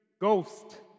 ghost